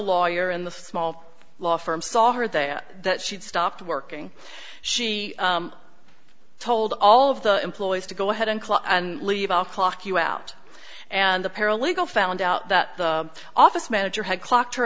lawyer in the small law firm saw her there that she'd stopped working she told all of the employees to go ahead and close and leave off lock you out and the paralegal found out that the office manager had clocked her